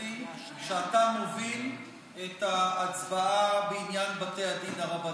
מבחינתי שאתה מוביל את ההצבעה בעניין בתי הדין הרבניים.